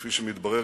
וכפי שמתברר,